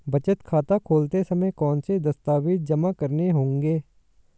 बचत खाता खोलते समय कौनसे दस्तावेज़ जमा करने होंगे?